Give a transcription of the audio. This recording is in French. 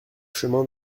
chemin